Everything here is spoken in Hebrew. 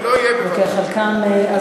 זה לא יהיה אף פעם במליאה.